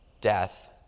death